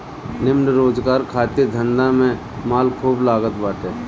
निमन रोजगार खातिर धंधा में माल खूब लागत बाटे